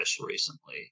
recently